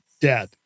dead